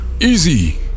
Easy